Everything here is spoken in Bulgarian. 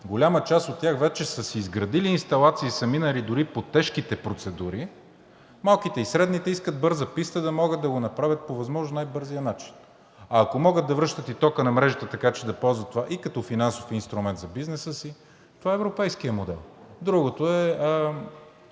голяма част от тях вече са си изградили инсталации и са минали дори по-тежките процедури, малките и средните искат бърза писта да могат да го направят по възможно най-бързия начин. А ако могат да връщат и тока на мрежата, така че да ползват това и като финансов инструмент за бизнеса си, това е европейският модел. Другото е,